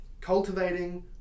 cultivating